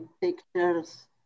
pictures